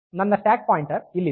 ನನ್ನ stack pointer ಇಲ್ಲಿದೆ